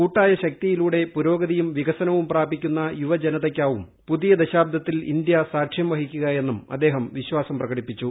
കൂട്ടായ ശക്തിയിലൂടെ പുരോഗതിയും വികസനവും പ്രാപിക്കുന്ന യുവ ജനതയ്ക്കാവും പുതിയ ദശാബ്ദത്തിൽ ഇന്ത്യസാക്ഷ്യം വഹിക്കുക എന്നും അദ്ദേഹം വിശ്വാസം പ്രകടിപ്പിച്ചു